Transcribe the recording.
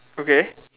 okay